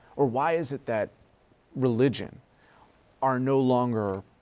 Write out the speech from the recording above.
or why is it that religion are no longer